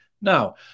Now